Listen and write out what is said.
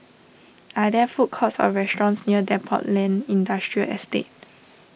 are there food courts or restaurants near Depot Lane Industrial Estate